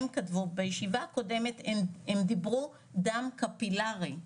בישיבה הקודמת הם דיברו על דם קפילרי.